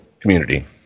community